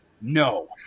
no